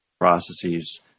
processes